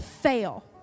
fail